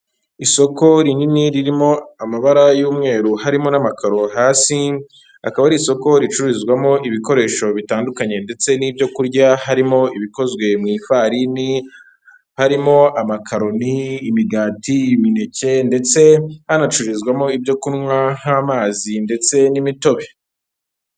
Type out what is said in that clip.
Isoko rinini ririmo amabara y'umweru harimo n'amakaro hasi. Akaba ari isoko ricururizwamo ibikoresho bitandukanye ndetse n'ibyokurya harimo ibikozwe mu ifarini, harimo amakaroni, imigati, imineke ndetse hanacururizwamo ibyo kunywa nk'amazi ndetse n'imitobe.